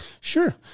Sure